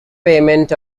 payment